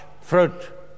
fruit